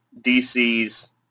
DC's